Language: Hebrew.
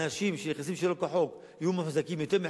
אנשים שנכנסים שלא כחוק יהיו מוחזקים יותר מחודשיים,